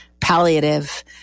palliative